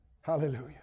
Hallelujah